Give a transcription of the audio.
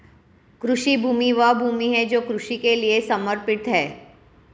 कृषि भूमि वह भूमि है जो कृषि के लिए समर्पित है